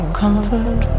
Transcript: comfort